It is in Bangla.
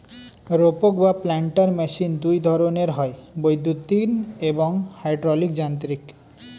রোপক বা প্ল্যান্টার মেশিন দুই ধরনের হয়, বৈদ্যুতিন এবং হাইড্রলিক যান্ত্রিক